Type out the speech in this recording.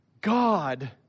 God